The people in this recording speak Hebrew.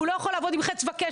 הוא לא יכול לעבוד עם חץ וקשת.